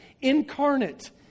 incarnate